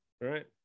right